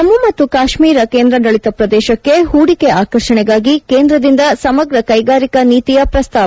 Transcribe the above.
ಜಮ್ಮು ಮತ್ತು ಕಾಶ್ಮೀರ ಕೇಂದ್ರಾಡಳಿತ ಪ್ರದೇಶಕ್ಕೆ ಹೂಡಿಕೆ ಆಕರ್ಷಣೆಗಾಗಿ ಕೇಂದ್ರದಿಂದ ಸಮಗ ಕೈಗಾರಿಕಾ ನೀತಿಯ ಪ್ರಸ್ತಾವ